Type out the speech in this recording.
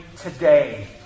today